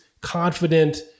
confident